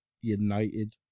United